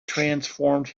transformed